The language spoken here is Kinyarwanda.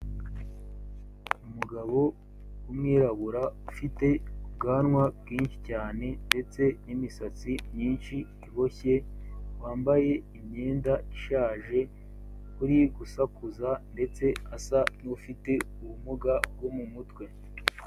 Umugabo w'umwirabura ufite ubwanwa bwinshi cyane ndetse n'imisatsi myinshi iboshye, wambaye imyenda ishaje. Uri gusakuza ndetse asa n'ufite ubumuga bwo mu mutwe.